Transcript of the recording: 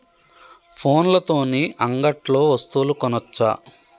ఫోన్ల తోని అంగట్లో వస్తువులు కొనచ్చా?